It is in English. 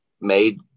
made